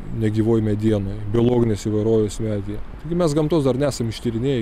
negyvoj medienoj biologinės įvairovės medyje taigi mes gamtos dar nesam ištyrinėję